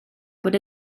bod